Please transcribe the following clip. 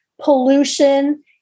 pollution